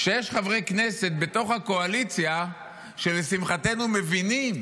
כשיש חברי כנסת בתוך הקואליציה שלשמחתנו מבינים